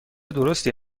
درستی